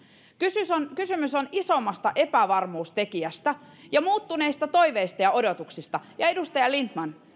kysymys on kysymys on isommasta epävarmuustekijästä ja muuttuneista toiveista ja odotuksista ja edustaja lindtman